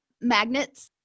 magnets